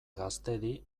gaztedi